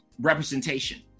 representation